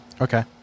Okay